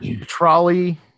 trolley